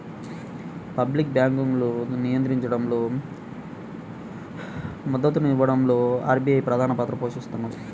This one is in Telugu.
పబ్లిక్ బ్యాంకింగ్ను నియంత్రించడంలో, మద్దతునివ్వడంలో ఆర్బీఐ ప్రధానపాత్ర పోషిస్తది